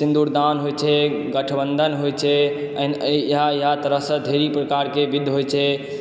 सिन्दूरदान होइत छै गठबन्धन होइत छै इएह इएह तरहसँ ढ़ेरी प्रकारके विधि होइत छै